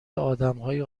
آدمهای